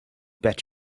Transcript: bet